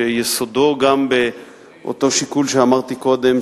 שיסודו גם באותו שיקול שאמרתי קודם,